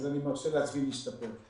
אז אני מרשה לעצמי להשתפר.